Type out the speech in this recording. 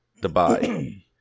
Dubai